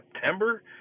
September